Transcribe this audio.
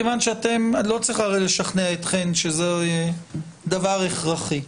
מכיוון שלא צריך הרי לשכנע אתכן שזה דבר הכרחי.